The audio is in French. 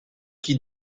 qui